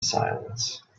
silence